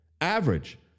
average